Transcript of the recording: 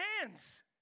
hands